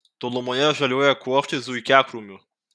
tolumoje žaliuoja kuokštai zuikiakrūmių